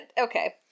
okay